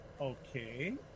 Okay